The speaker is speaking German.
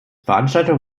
veranstaltung